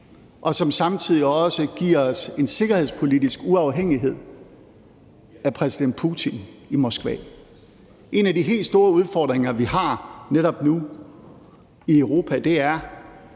og som samtidig også giver os en sikkerhedspolitisk uafhængighed af præsident Putin i Moskva. En af de helt store udfordringer, vi har netop nu i Europa, er,